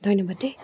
ধন্যবাদ দেই